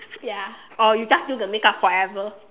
ya or you just do the makeup forever